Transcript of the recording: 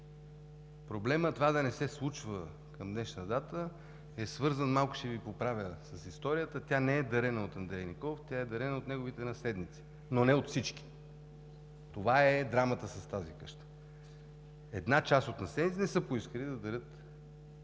Проблемът това да не се случва към днешна дата е свързан – малко ще Ви поправя с историята, тя не е дарена от Андрей Николов, тя е дарена от неговите наследници, но не от всички. Това е драмата с тази къща. Една част от наследниците не са поискали да дарят